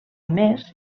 més